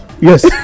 Yes